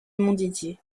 montdidier